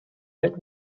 met